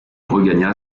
regagna